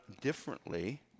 differently